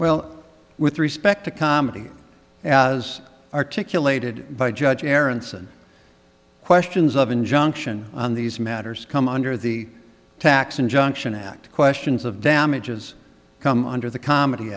well with respect to comedy as articulated by judge aronson questions of injunction on these matters come under the tax injunction act questions of damages come under the comedy